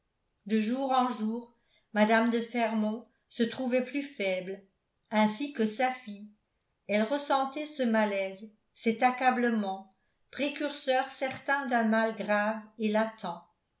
de jour en jour mme de fermont se trouvait plus faible ainsi que sa fille elle ressentait ce malaise cet accablement précurseurs certains d'un mal grave et latent